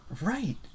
right